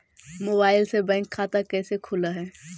Mobile से bank खाता कैसे खुल है?